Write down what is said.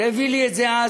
הביא לי את זה אז,